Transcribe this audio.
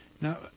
Now